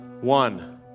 One